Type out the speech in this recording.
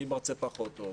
מי מרצה פחות טוב,